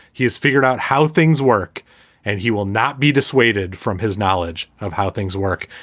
he has figured out how things work and he will not be dissuaded from his knowledge of how things work.